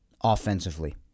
offensively